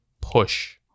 push